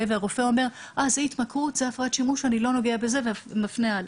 והרופא אומר שזו התמכרות או הפרעת שימוש ולא נוגע בזה וממשיך הלאה.